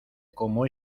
como